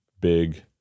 big